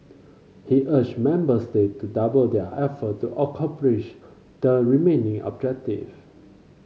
he urged member state to double their effort to accomplish the remaining objective